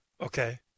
Okay